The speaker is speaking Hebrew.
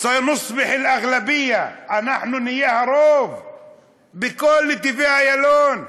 (אומר בערבית: אנחנו נהפוך לרוב): אנחנו נהיה הרוב בכל נתיבי-איילון.